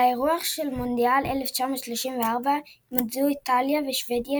על האירוח של מונדיאל 1934 התמודדו איטליה ושוודיה,